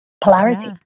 polarity